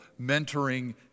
mentoring